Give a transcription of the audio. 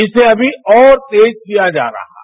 इसे अभी और तेज किया जा रहा है